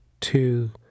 two